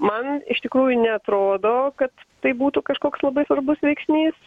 man iš tikrųjų neatrodo kad tai būtų kažkoks labai svarbus veiksnys